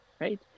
right